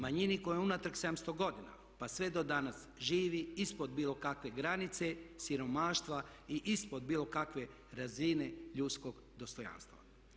Manjini koja unatrag 700 godina, pa sve do danas živi ispod bilo kakve granice siromaštva i ispod bilo kakve razine ljudskog dostojanstva.